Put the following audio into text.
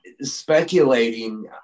speculating